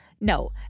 no